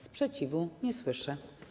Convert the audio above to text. Sprzeciwu nie słyszę.